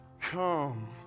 come